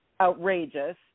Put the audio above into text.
outrageous